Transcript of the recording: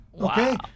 Okay